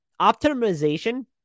Optimization